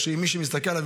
אם מישהו היה מסתכל עליו,